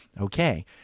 Okay